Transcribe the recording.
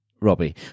Robbie